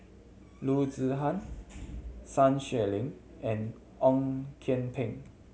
Loo Zihan Sun Xueling and Ong Kian Peng